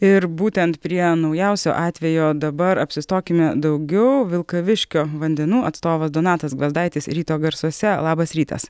ir būtent prie naujausio atvejo dabar apsistokime daugiau vilkaviškio vandenų atstovas donatas gvazdaitis ryto garsuose labas rytas